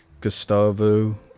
gustavo